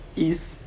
it's